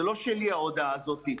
זה לא שלי, ההודעה הזאת.